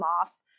off